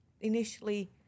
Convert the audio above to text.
initially